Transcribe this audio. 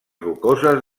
rocoses